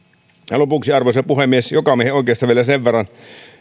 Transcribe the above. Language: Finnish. ja lopuksi arvoisa puhemies jokamiehenoikeudesta vielä sen verran